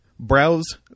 Browse